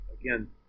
Again